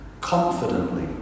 confidently